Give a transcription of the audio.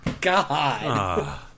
God